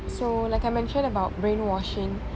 so like I mentioned about brainwashing